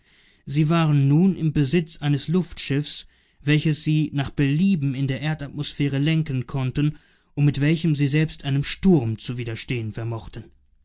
sie waren nun im besitz eines luftschiffs welches sie nach belieben in der erdatmosphäre lenken konnten und mit welchem sie selbst einem sturm zu widerstehen vermochten